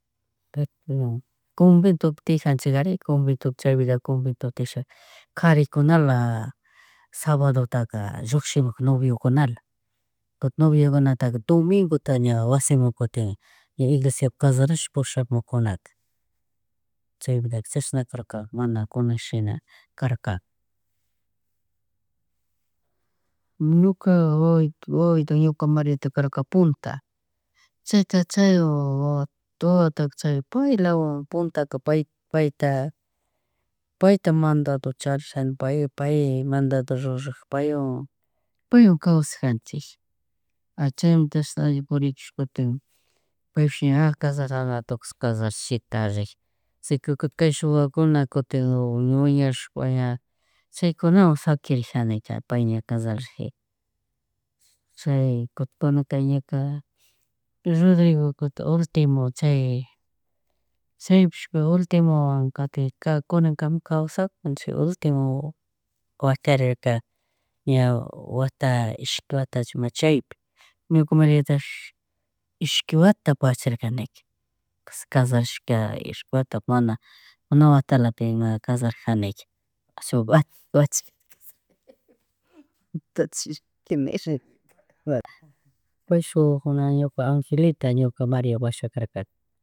(-) Comventopi tiyajarkanchiyari, convento pi chyapika convento tiyashaka karikunala sabadotaka llushikumuk noviokunala, kutin noviakunaka domingota ña wasimun kutin ña iglesiapi kasharashpa pushamujunaka. Chaypi vidaka chishna karka mana kunan shina karka, ñuka wawita, wawito ñuka Marita karka punta chita chaywan, wawa tuta chay paylawan puntaka pay, payta, payta mandado charisha pay, pay mando rurack, paywan, paywna kawsadorjanchik, ari chaymantash ari purikushpaka payshpish ña kasharanata tukushka, kasharash, shitash riji, chika kutin kashuy wawakuna kutin wiñarishpa ña chaykunawan shaquirishanika pay ña kasharijika. Chay cutin, kunanka ñuka Rodrigoka ultimo, chay, chaypish umimuwan kati, kunankama kawsakunchik, utimo wakarirka ña wata, ishku watachu ima chaypi. Ñuka Marìatapish, ishki watapi wacharkanika, kallarashka ishki watapi mana watalapi, ima kallarajarkanika, shuk. Kayshukkunaka ñuka Angelita, ñuka Marìa washaka karkaka.